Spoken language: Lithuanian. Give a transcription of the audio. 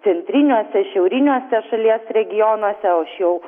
centriniuose šiauriniuose šalies regionuose jau